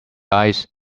ice